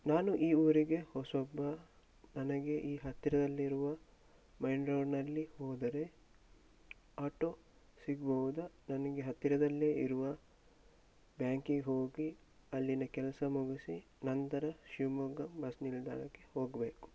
ನಾನು ಈ ಊರಿಗೆ ಹೊಸಬ ನನಗೆ ಈ ಹತ್ತಿರದಲ್ಲಿರುವ ಮೇನ್ ರೋಡ್ನಲ್ಲಿ ಹೋದರೆ ಆಟೋ ಸಿಗಬಹುದಾ ನನಗೆ ಹತ್ತಿರದಲ್ಲೇ ಇರುವ ಬ್ಯಾಂಕಿಗೆ ಹೋಗಿ ಅಲ್ಲಿನ ಕೆಲಸ ಮುಗಿಸಿ ನಂತರ ಶಿವಮೊಗ್ಗ ಬಸ್ ನಿಲ್ದಾಣಕ್ಕೆ ಹೋಗಬೇಕು